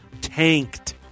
tanked